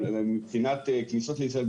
מבחינת כניסות לישראל,